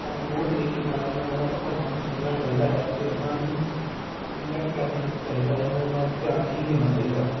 ਸਾਨੂੰ ਹੋਰ ਤਰੀਕੇ ਨਾਲ ਇਹਨਾਂ ਵਹਿਮਾਂ ਭ ਭਰਮਾਂ ਨੂੰ ਸਮਝਣਾ ਚਾਹੀਦਾ ਹੈ ਅਤੇ ਇਹਨਾਂ ਨੂੰ ਨਿਗਲੈਕਟ ਕਰ ਦੇਣਾ ਚਾਹੀਦਾ ਹੈ ਇਹਨਾਂ ਦੇ ਨਾਲ ਧਿਆਨ ਨਹੀਂ ਦੇਣਾ ਚਾਹੀਦਾ